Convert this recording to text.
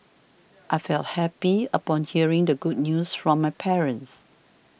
I felt happy upon hearing the good news from my parents